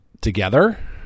together